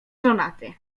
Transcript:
żonaty